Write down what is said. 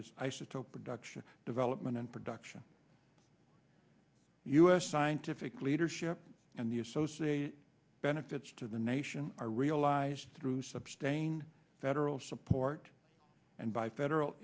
is isotope production development and production us scientific leadership and the associated benefits to the nation are realized through sub stain federal support and by federal